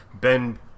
Ben